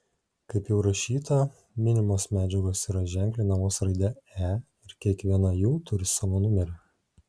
kaip jau rašyta minimos medžiagos yra ženklinamos raide e ir kiekviena jų turi savo numerį